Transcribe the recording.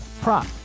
prop